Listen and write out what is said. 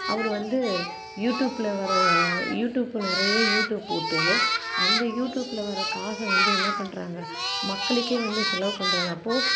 அவர் வந்து யூட்யூப்பில் வர யூட்யூப்பில் நிறைய யூட்யூப் போட்டு அந்த யூட்யூப்பில் வர காசை வந்து என்ன பண்ணுறாங்க மக்களுக்கே வந்து செலவு பண்ணுறாங்க அப்போ